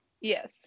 yes